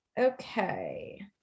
okay